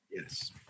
Yes